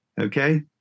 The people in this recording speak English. okay